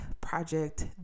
project